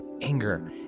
anger